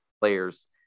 players